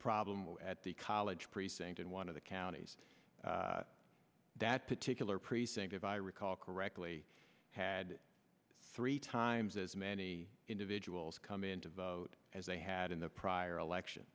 problem at the college precinct in one of the counties that particular precinct if i recall correctly had three times as many individuals come in to vote as they had in the prior election